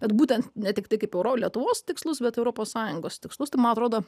bet būtent ne tiktai kaip euro lietuvos tikslus bet europos sąjungos tikslus man atrodo